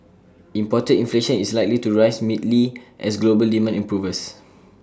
imported inflation is likely to rise mildly as global demand improves